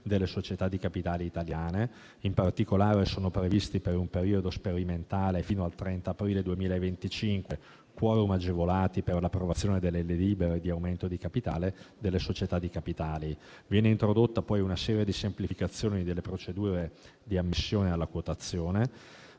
delle società di capitale italiane. In particolare, sono previsti, per un periodo sperimentale fino al 30 aprile 2025, *quorum* agevolati per l'approvazione delle delibere di aumento di capitale delle società di capitali. Viene introdotta poi una serie di semplificazioni delle procedure di ammissione alla quotazione.